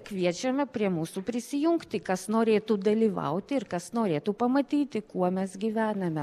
kviečiame prie mūsų prisijungti kas norėtų dalyvauti ir kas norėtų pamatyti kuo mes gyvename